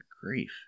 grief